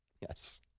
Yes